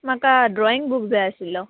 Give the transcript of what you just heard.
म्हाका drawing book जाय आशिल्लो